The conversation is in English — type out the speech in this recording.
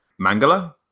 Mangala